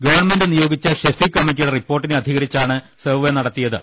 government നിയോഗിച്ച ഷെഫീഖ് കമ്മിറ്റിയുടെ റിപ്പോർട്ടിനെ അധികരിച്ചാണ് സർവെ നടത്തിയത്